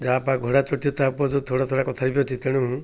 ଯାହା ବାପା ଘୋଡ଼ା ଚଢୁଛି ତା ପୁଅ ତ ଥୋଡ଼ା ଥୋଡ଼ା କଥା ହେଇପାରୁଛି ତେଣୁ